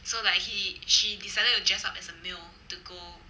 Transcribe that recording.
so like he she decided to dress up as a male to go